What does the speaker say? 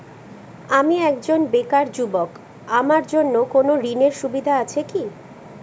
আমি একজন বেকার যুবক আমার জন্য কোন ঋণের সুবিধা আছে কি?